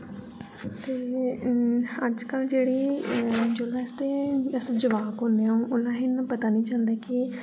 ते अजकल्ल जेह्ड़े जोह्दे आस्तै जोल्लै अस जबाक होने आ औह्ले असेई इन्ना पता निं चलदा की